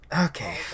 Okay